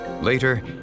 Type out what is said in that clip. Later